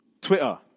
Twitter